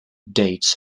dates